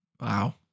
Wow